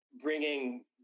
bringing